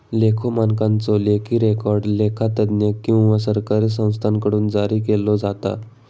लेखा मानकांचो लेखी रेकॉर्ड लेखा तज्ञ किंवा सरकारी संस्थांकडुन जारी केलो जाता